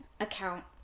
Account